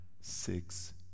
six